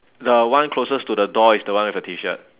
the one closest to the door is the one with a T shirt